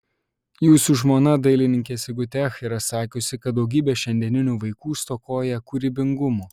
jūsų žmona dailininkė sigutė ach yra sakiusi kad daugybė šiandieninių vaikų stokoja kūrybingumo